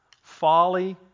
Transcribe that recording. folly